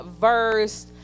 verse